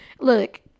Look